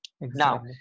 Now